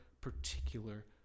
particular